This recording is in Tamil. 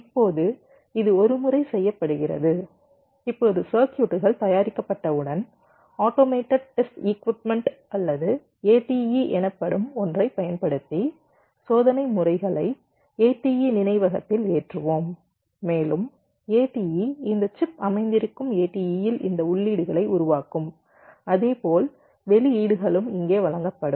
இப்போது இது ஒரு முறை செய்யப்படுகிறது இப்போது சர்க்யூட்கள் தயாரிக்கப்பட்டவுடன் ஆட்டோமேட்டட் டெஸ்ட் ஈக்விப்மன்ட் அல்லது ATE எனப்படும் ஒன்றைப் பயன்படுத்தி சோதனை முறைகளை ATE நினைவகத்தில் ஏற்றுவோம் மேலும் ATE இந்த சிப் அமைந்திருக்கும் ATE இல் இந்த உள்ளீடுகளை உருவாக்கும் அதேபோல் வெளியீடுகளும் இங்கே வழங்கப்படும்